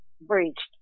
breached